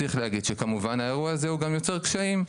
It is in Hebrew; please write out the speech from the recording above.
צריך להגיד שכמובן האירוע הזה הוא גם יוצר קשיים,